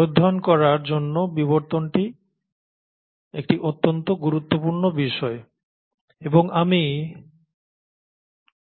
অধ্যয়ন করার জন্য বিবর্তনটি একটি অত্যন্ত গুরুত্বপূর্ণ বিষয় এবং আমি